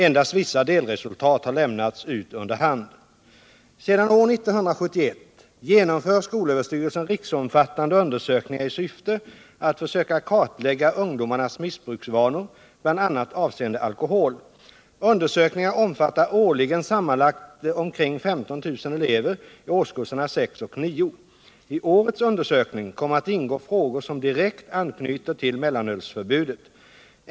Endast vissa delresultat har lämnats ut under hand. Sedan år 1971 genomför skolöverstyrelsen riksomfattande undersökningar i syfte att försöka kartlägga ungdomarnas missbruksvanor, bl.a. avseende alkohol. Undersökningarna omfattar årligen sammanlagt omkring 15 000 elever i årskurserna 6 och 9. I årets undersökning kommer att ingå frågor som direkt anknyter till mellanölsförbudet.